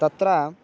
तत्र